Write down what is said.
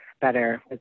better